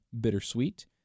Bittersweet